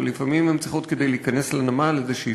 אבל לפעמים כדי להיכנס לנמל הן צריכות איזושהי